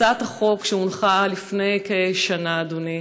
הצעת החוק שהונחה לפני כשנה, אדוני,